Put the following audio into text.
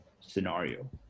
scenario